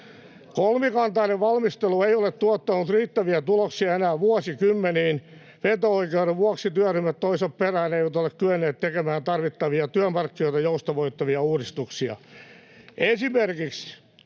Kolmikantainen valmistelu ei ole tuottanut riittäviä tuloksia enää vuosikymmeniin: veto-oikeuden vuoksi työryhmät toisensa perään eivät ole kyenneet tekemään tarvittavia työmarkkinoita joustavoittavia uudistuksia.